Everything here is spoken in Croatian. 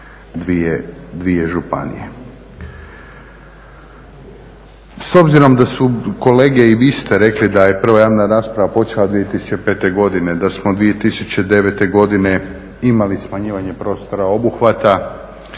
dvije županije. S obzirom da su kolege i vi ste rekli da je prva javna rasprava počela 2005. godine, da smo 2009. godine imali smanjivanje prostora obuhvata,